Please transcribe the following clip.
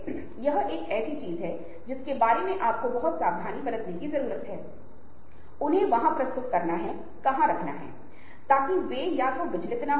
अब यह छवि आपको कई प्रकार के प्रचारों का विचार देगी जब हम सामाजिक नेटवर्क के बारे में बात कर रहे हैं